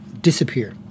disappear